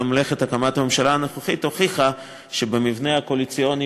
גם מלאכת הקמת הממשלה הנוכחית הוכיחה שבמבנה הקואליציוני